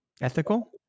ethical